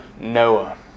Noah